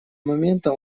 момента